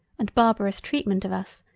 and barbarous treatment of us,